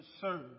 serve